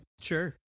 Sure